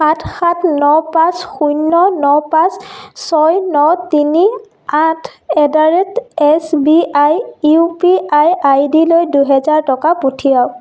সাত সাত ন পাঁচ শূন্য ন পাঁচ ছয় ন তিনি আঠ at the rate S B I U P I আইডিলৈ দুহেজাৰ টকা পঠিয়াওক